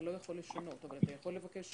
אתה לא יכול לשנות אבל אתה יכול לבקש